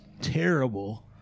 terrible